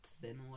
thin